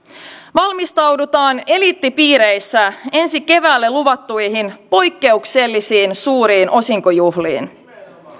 valmistaudutaan eliittipiireissä ensi keväälle luvattuihin poikkeuksellisen suuriin osinkojuhliin